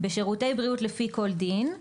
בשירותי בריאות לפי כל דין,